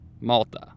Malta